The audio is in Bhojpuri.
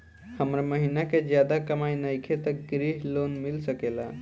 हमर महीना के ज्यादा कमाई नईखे त ग्रिहऽ लोन मिल सकेला?